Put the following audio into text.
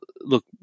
look